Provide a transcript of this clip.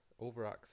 overacts